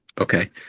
Okay